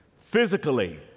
physically